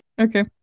Okay